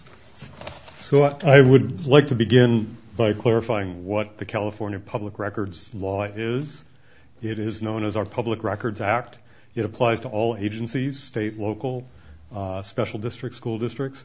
so i would like to begin by clarifying what the california public records law is it is known as our public records act it applies to all agencies state local special district school districts